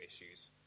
issues